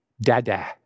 Dada